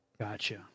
Gotcha